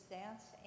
dance